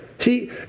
See